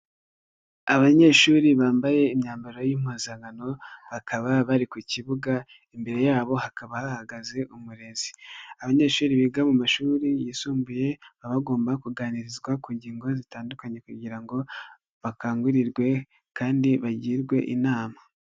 Abanyeshuri bambaye imyambaro y'impuzankano, bakaba bari ku kibuga imbere yabo hakaba hahagaze umurezi. Abanyeshuri biga mu mashuri yisumbuye baba bagomba kuganirizwa ku ngingo zitandukanye kugira ngo bakangurirwe kandi bagirwe inama.